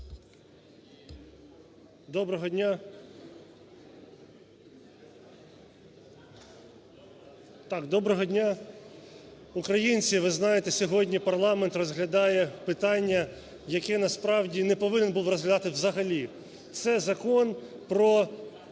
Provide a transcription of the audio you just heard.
Доброго дня. Доброго дня, українці. Ви знаєте, сьогодні парламент розглядає питання, яке насправді не повинен був розглядати взагалі. Це закон про